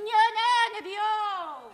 ne ne nebijau